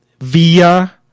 via